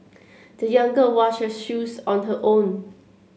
the young girl washed her shoes on her own